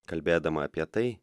kalbėdama apie tai